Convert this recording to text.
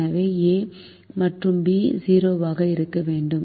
எனவே a மற்றும் b 0 ஆக இருக்க வேண்டும்